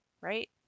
right